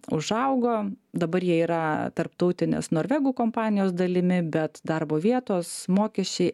užaugo dabar jie yra tarptautinės norvegų kompanijos dalimi bet darbo vietos mokesčiai